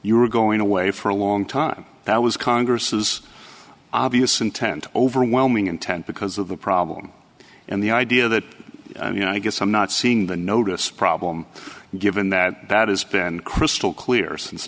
you are going away for a long time that was congress is obvious intent overwhelming intent because of the problem and the idea that you know i guess i'm not seeing the notice problem given that that has been crystal clear since